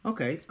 Okay